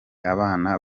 abana